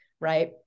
right